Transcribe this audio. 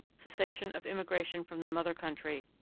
cessation of immigration from the mother country,